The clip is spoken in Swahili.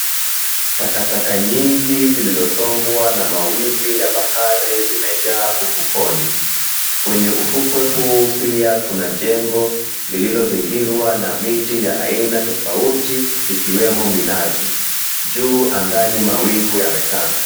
Takataka nyingi zilizosombwa na mawimbi ya bahari, zimejaa ufukoni. Kwenye ufukwe huu, pia kuna jengo lililozingirwa na miti ya aina tofauti, ikiwemo minazi. Juu angani mawingu yametanda.